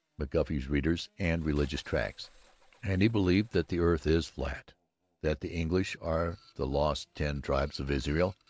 mcguffey's readers, and religious tracts and he believed that the earth is flat, that the english are the lost ten tribes of israel,